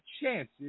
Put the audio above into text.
chances